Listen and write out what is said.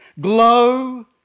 glow